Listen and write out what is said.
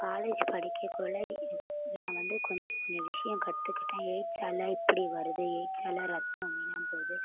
college படிக்கக்குள்ள நான் வந்து கொஞ்சம் கொஞ்சம் விஷயம் கற்றுக்கிட்டேன் எயிட்ஸால் எப்படி வருது எயிட்ஸால் ரத்தம் வீணாக போகுது